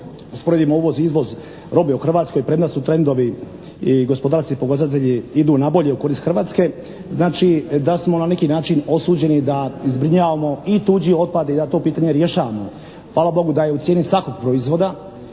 usporedimo uvoz-izvoz robe u Hrvatskoj, premda su trendovi i gospodarski pokazatelji idu na bolje u korist Hrvatske, znači da smo na neki način osuđeni da i zbrinjavamo i tuđi otpad i da to pitanje rješavamo. Hvala Bogu da je u cijeni svakog proizvoda